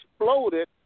exploded